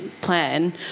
plan